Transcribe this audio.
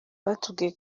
batubwiye